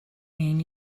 mean